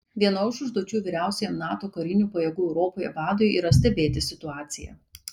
viena iš užduočių vyriausiajam nato karinių pajėgų europoje vadui yra stebėti situaciją